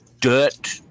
dirt